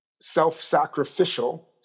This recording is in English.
self-sacrificial